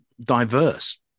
diverse